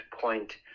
point